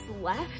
left